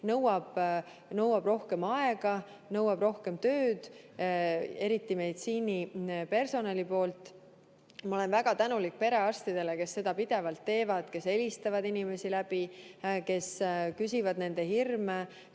nõuab rohkem aega ja nõuab rohkem tööd, eriti meditsiinipersonalilt. Ma olen väga tänulik perearstidele, kes seda pidevalt teevad, kes helistavad inimesi läbi, kes küsivad nende hirmude